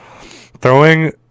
Throwing